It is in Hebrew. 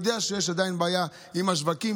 אני יודע שיש עדיין בעיה עם השווקים,